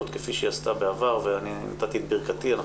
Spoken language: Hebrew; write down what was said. כפי שהיא עשתה בעבר ואני נתתי את ברכתי.